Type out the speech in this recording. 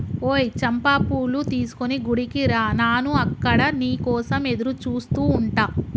ఓయ్ చంపా పూలు తీసుకొని గుడికి రా నాను అక్కడ నీ కోసం ఎదురుచూస్తు ఉంటా